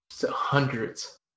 hundreds